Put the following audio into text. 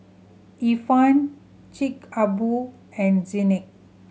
Ifan Chic a Boo and Zinc